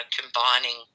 combining